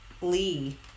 Lee